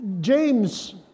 James